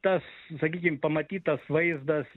tas sakykim pamatytas vaizdas